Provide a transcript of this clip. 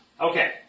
Okay